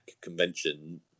convention